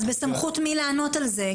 אז בסמכות מי לענות על זה?